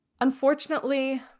Unfortunately